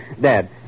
Dad